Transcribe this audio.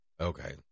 okay